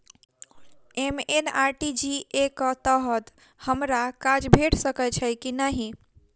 MNREGA कऽ तहत हमरा काज भेट सकय छई की नहि?